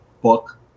book